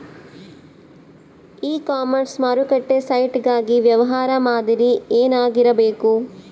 E commerce ಮಾರುಕಟ್ಟೆ site ಗಾಗಿ ವ್ಯವಹಾರ ಮಾದರಿ ಏನಾಗಿರಬೇಕು?